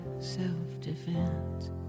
self-defense